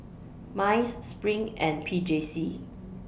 Mice SPRING and P J C